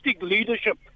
leadership